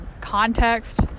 context